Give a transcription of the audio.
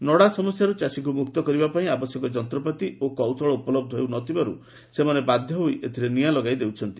ନଡ଼ା ସମସ୍ୟାରୁ ଚାଷୀଙ୍କୁ ମୁକ୍ତ କରିବା ପାଇଁ ଆବଶ୍ୟକ ଯନ୍ତ୍ରପାତି ଓ କୌଶଳ ଉପଲହ୍ଧ ହେଉନଥିବାରୁ ସେମାନେ ବାଧ୍ୟ ହୋଇ ଏଥିରେ ନିଆଁ ଲଗାଇ ଦେଉଛନ୍ତି